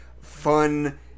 fun